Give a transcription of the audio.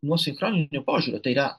nu sinchroniniu požiūriu tai yra